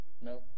No